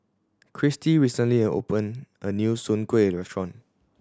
Christi recently opened a new Soon Kuih restaurant